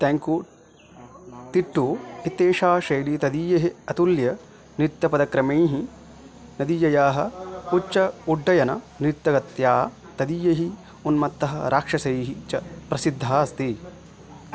तेङ्कु तिट्टु इत्येषा शैली तदीयैः अतुल्य नृत्यपदक्रमैः तदीयया उच्च उड्डयन नृत्यगत्या तदीयैः उन्मत्तः राक्षसैः च प्रसिद्धः अस्ति